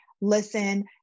listen